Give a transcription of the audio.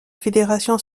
fédération